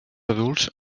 adults